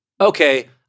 okay